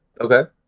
Okay